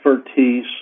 expertise